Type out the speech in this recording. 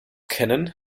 kennen